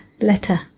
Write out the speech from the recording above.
letter